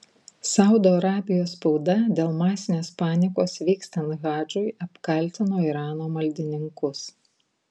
saudo arabijos spauda dėl masinės panikos vykstant hadžui apkaltino irano maldininkus